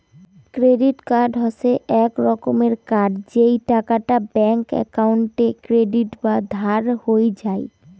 credit card হসে এক রকমের কার্ড যেই টাকাটা ব্যাঙ্ক একাউন্টে ক্রেডিট বা ধার হই যাই